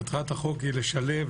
מטרת החוק היא לשלב,